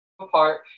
apart